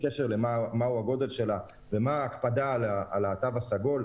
קשר לגודל שלה ולהקפדה על התו הסגול,